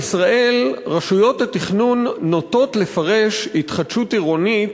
בישראל נוטות רשויות התכנון לפרש "התחדשות עירונית"